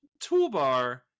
toolbar